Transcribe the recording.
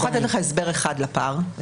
אני יכולה לתת הסבר אחד אפשרי